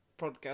podcast